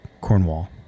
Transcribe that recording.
cornwall